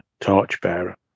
Torchbearer